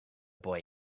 boy